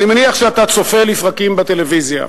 אני מניח שאתה צופה לפרקים בטלוויזיה.